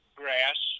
grass